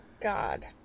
God